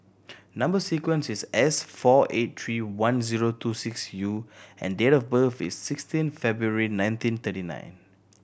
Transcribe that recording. number sequence is S four eight three one zero two six U and date of birth is sixteen February nineteen thirty nine